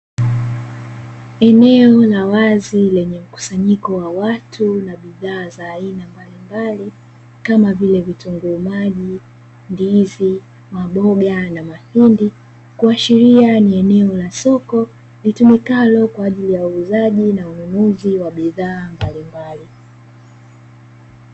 Eneo la wazi lenye mkusanyiko la watu na bidhaa za aina mbalimbali, kama vile vitunguu maji, ndizi, maboga na mahindi, kuashiria ni eneo la soko litumikalo kwa ajili ya uuzaji na ununuzi wa bidhaa mbalimbali.